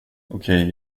okej